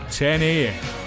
10am